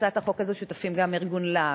להצעת החוק הזו שותפים גם ארגון לה"ב,